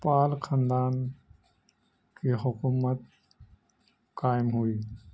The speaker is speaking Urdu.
پال خھاندان کی حکومت قائم ہوئی